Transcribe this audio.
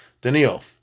Daniel